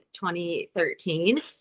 2013